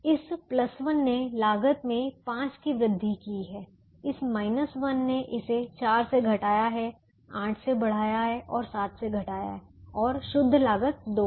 इस 1 ने लागत में 5 की वृद्धि की है इस 1 ने इसे 4 से घटाया है 8 से बढ़ाया है और 7 से घटाया है और शुद्ध लागत 2 है